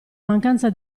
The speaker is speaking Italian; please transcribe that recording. mancanza